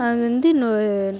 அது வந்து இன்னொரு